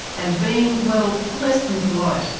and being, well, less than polite.